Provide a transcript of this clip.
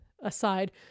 aside